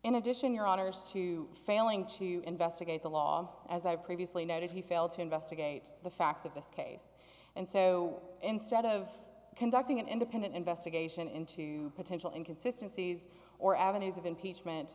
in addition your honors to failing to investigate the law as i previously noted he failed to investigate the facts of this case and so instead of conducting an independent investigation into potential in consistencies or avenues of impeachment